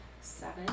Seven